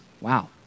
wow